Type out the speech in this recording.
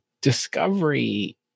Discovery